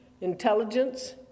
intelligence